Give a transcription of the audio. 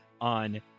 on